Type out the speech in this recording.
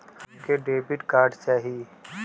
हमके debit card चाही?